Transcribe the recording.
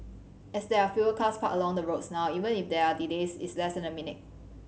as there are fewer cars parked along the roads now even if there are delays it's less than a minute